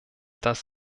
das